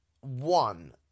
one